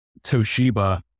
Toshiba